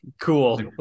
Cool